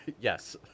Yes